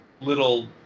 little